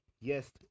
Yes